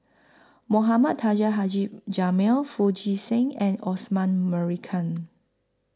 Mohamed Taha Haji Jamil Foo Chee San and Osman Merican